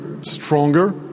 stronger